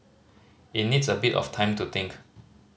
it needs a bit of time to think